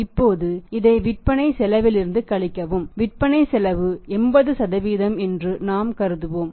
இப்போது இதை விற்பனை செலவிலிருந்து கழிக்கவும் விற்பனை செலவு 80 என்று நாம் கருதுவோம்